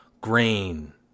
grain